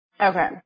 okay